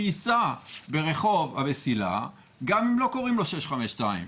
הוא ייסע ברחוב המסילה גם אם לא קוראים לו כביש 652,